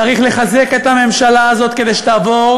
צריך לחזק את הממשלה הזאת כדי שתעבור